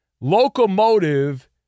Locomotive